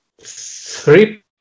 Three